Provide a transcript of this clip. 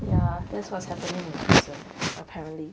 ya that's what happening in the prison apparently